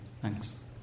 Thanks